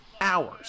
hours